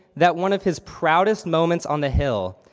that one of his proudest moments on the hill,